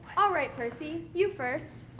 alright, percy, you first.